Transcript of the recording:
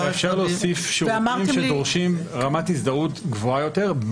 היא תאפשר להוסיף שירותים שדורשים רמת הזדהות גבוהה יותר,